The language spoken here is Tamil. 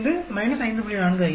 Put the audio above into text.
5 5